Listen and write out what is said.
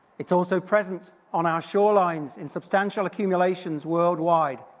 it's also present on our shorelines in substantial accumulations worldwide.